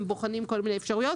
הם בוחנים כל מיני אפשרויות,